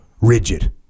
rigid